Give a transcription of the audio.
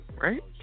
Right